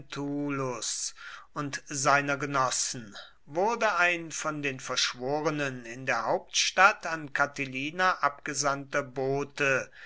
und seiner genossen wurde ein von den verschworenen in der hauptstadt an catilina abgesandter bote